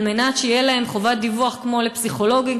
על מנת שתהיה להם חובת דיווח כמו לפסיכולוגים,